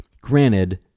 Granted